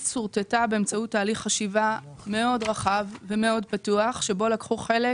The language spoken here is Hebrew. שורטטה באמצעות תהליך חשיבה מאוד רחב ומאוד פתוח שבו לקחו חלק